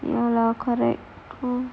ya lah correct